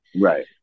Right